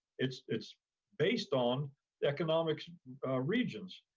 it's it's based on economic regions.